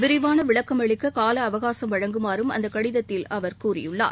விரிவான விளக்கம் அளிக்க காலஅவகாசம் வழங்குமாறும் அந்தக் கடிதத்தில் அவர் கூறியுள்ளார்